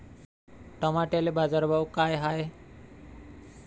टमाट्याले बाजारभाव काय हाय?